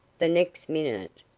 the next minute,